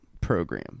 program